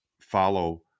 follow